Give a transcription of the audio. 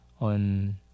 on